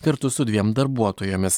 kartu su dviem darbuotojomis